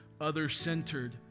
other-centered